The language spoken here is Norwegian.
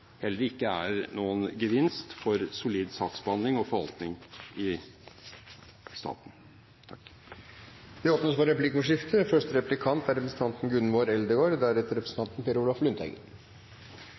heller ikke er noen gevinst for solid saksbehandling og forvaltning i staten. Det blir replikkordskifte. Høgre skriv i merknadene sine, og det vart òg referert til i innlegget frå representanten